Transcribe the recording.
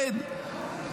אין.